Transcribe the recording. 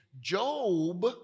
Job